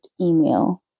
email